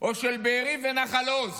או של בארי ונחל עוז?